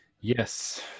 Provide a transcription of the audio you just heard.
Yes